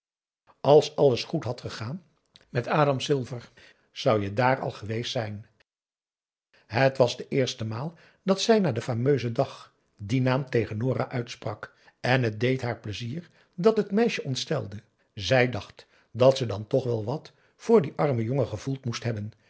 als alles goed had gegaan met adam silver zou je daar al geweest zijn het was de eerste maal dat zij na den fameusen dag dien naam tegen nora uitsprak en het deed haar plezier dat het meisje ontstelde zij dacht dat ze dan toch wel wat voor dien armen jongen gevoeld moest hebben